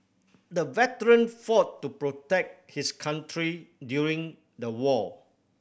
the veteran fought to protect his country during the war